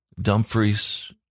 Dumfries